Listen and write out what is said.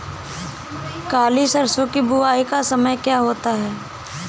काली सरसो की बुवाई का समय क्या होता है?